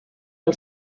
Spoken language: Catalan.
del